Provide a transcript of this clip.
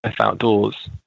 outdoors